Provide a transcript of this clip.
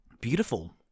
Beautiful